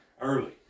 Early